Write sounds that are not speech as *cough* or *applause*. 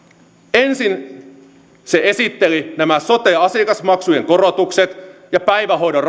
ensin se esitteli nämä sote asiakasmaksujen korotukset ja päivähoidon *unintelligible*